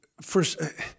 first